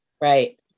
Right